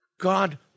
God